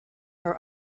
her